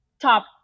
top